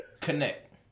Connect